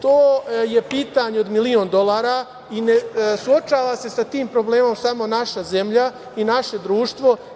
To je pitanje od milion dolara i ne suočava se sa tim problemom samo naša zemlja i naše društvo.